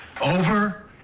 Over